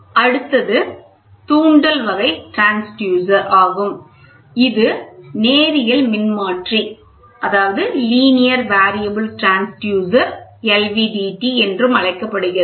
அடுத்தது தூண்டல் வகை டிரான்ஸ்யூசர் ஆகும் இது நேரியல் மாறி மின்மாற்றி என்றும் அழைக்கப்படுகிறது